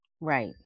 Right